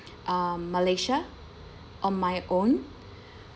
um malaysia on my own